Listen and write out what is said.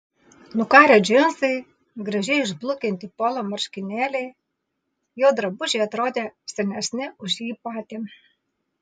nukarę džinsai gražiai išblukinti polo marškinėliai jo drabužiai atrodė senesni už jį patį